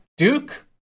Duke